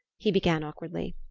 he began awkwardly.